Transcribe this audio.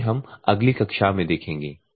जिसे हम अगली कक्षा में देखेंगे